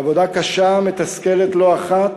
עבודה קשה, מתסכלת לא אחת,